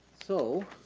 so